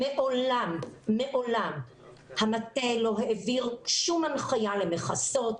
מעולם המטה לא העביר שום הנחיות למכסות,